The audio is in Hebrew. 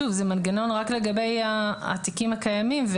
שוב, זה מנגנון רק לגבי התיקים הקיימים.